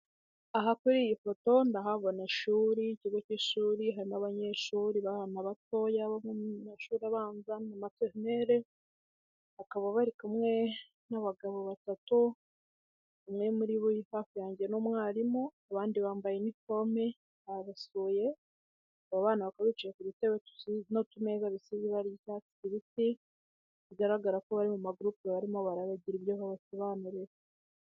Aha kuri iyi foto ndahabona ishuri ikigo k'ishuri hari n'abanyeshuri abana bato biga amashuri abanza na maternelle bakaba bari kumwe n'bagabo batatu umwe muri bo uri hafi yange ni umwarimu abandi bambaye uniforme babasuye abo bana bakaba bicaye ku dutebe n'utumeza bisize ibara ry'icyatsi kibisi bigaragara ko bari mu ma groupe barimo baragira ibyo babasobanurira.